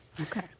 Okay